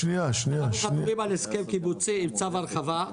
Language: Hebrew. אנחנו מדברים על הסכם קיבוצי, צו הרחבה.